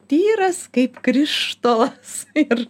tyras kaip krištolas ir